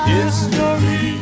History